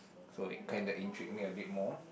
so that kinda intrigued me a bit more